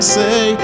say